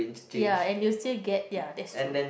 ya and you will still get ya that's true